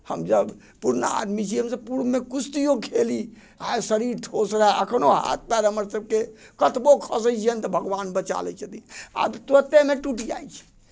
हम जब पुरना आदमी छी हमसब पूर्वमे कुस्तिओ खेली आओर शरीर ठोस रहै एखनो हाथ पाएर हमरसबके कतबो खसै छिए ने तऽ भगवान बचा लै छथिन आब तऽ तुरन्तेमे टुटि जाइ छै